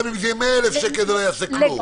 אם הקנס יהיה 100,000 שקל זה לא יעשה כלום.